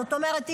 זאת אומרת,